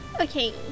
Okay